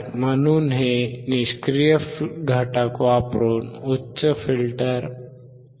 म्हणून हे निष्क्रिय घटक वापरून उच्च पास फिल्टर आहे